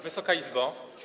Wysoka Izbo!